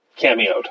cameoed